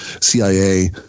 CIA